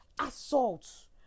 assault